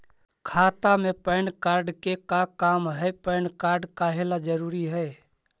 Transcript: खाता में PAN card के का काम है पैन कार्ड काहे ला जरूरी है?